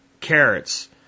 carrots